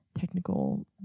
technical